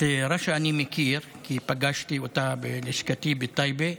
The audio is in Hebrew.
את רשא אני מכיר כי פגשתי אותה בלשכתי בטייבה.